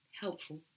helpful